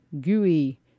gooey